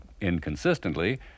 inconsistently